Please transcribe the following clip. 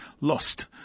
lost